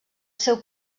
seu